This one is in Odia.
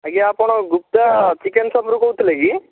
ଆଜ୍ଞା ଆପଣ ଗୁପ୍ତା ଚିକେନ୍ ସପ୍ରୁ କହୁଥିଲେ କି